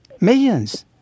Millions